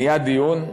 נהיה דיון.